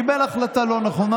קיבל החלטה לא נכונה,